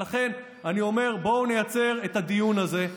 ולכן אני אומר, בואו נייצר את הדיון הזה.